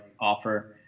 offer